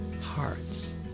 hearts